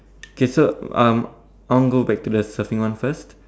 K so um I wanna go back the surfing one first